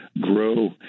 grow